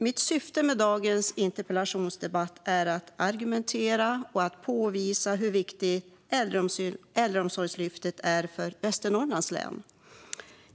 Mitt syfte med dagens interpellationsdebatt är att argumentera och att påvisa hur viktigt Äldreomsorgslyftet är för Västernorrlands län.